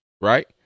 right